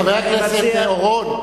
חבר הכנסת אורון,